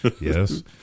yes